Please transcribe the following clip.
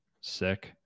sick